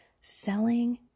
selling